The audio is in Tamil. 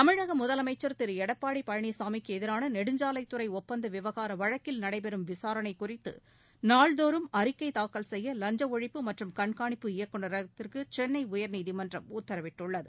தமிழக முதலமைச்ச் திரு எடப்பாடி பழனிசாமிக்கு எதிரான நெடுஞ்சாலைத்துறை ஒப்பந்த விவகார வழக்கில் நடைபெறும் விசாரணை குறித்து நாள்தோறும் அறிக்கை தாக்கல் செய்ய லஞ்ச ஒழிப்பு மற்றும் கண்காணிப்பு இயக்குநரகத்துக்கு சென்னை உயர்நீதிமன்றம் உத்தரவிட்டுள்ளது